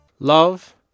Love